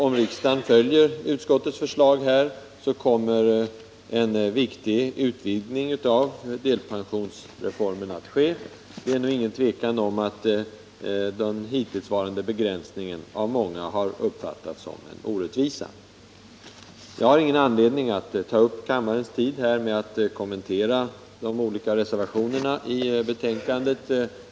Om riksdagen följer utskottets förslag, kommer en viktig utvidgning av delpensionsreformen att ske. Det är otvivelaktigt så att den hittillsvarande begränsningen i delpensionsförsäkringens omfattning av många har uppfattats som en orättvisa. Jag har ingen anledning att ta upp kammarledamöternas tid med att kommentera de olika reservationerna vid betänkandet.